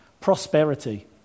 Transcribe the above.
prosperity